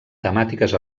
temàtiques